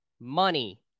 Money